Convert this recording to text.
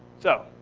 so,